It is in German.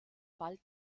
bald